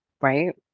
right